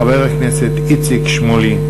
חבר הכנסת איציק שמולי.